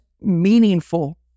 meaningful